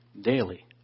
daily